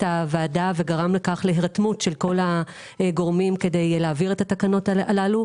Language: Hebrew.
הוועדה ובכך גרם להירתמות של כל הגורמים כדי להעביר את התקנות האלה,